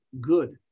good